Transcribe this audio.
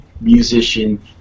musician